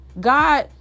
God